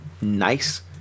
nice